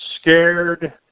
scared